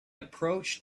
approached